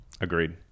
agreed